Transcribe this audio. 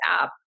app